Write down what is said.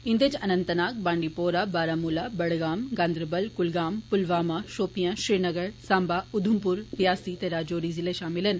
इंदे च अनन्तनाग बांडीपोरा बारामूला बडगाम गांदरबल कुलगाम पुलवामा षोपियां श्रीनगर साम्बा उधमपुर रियासी ते राजौरी जिले षामल न